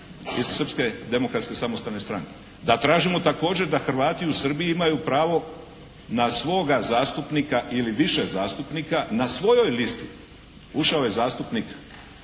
iz Srpske demokratske samostalne stranke. Da tražimo također da Hrvati u Srbiji imaju pravo na svoga zastupnika ili više zastupnika na svojoj listi. Ušao je zastupnik